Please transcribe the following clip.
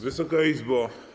Wysoka Izbo!